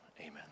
amen